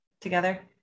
together